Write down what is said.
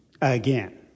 again